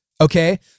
okay